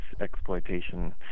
exploitation